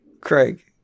Craig